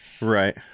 Right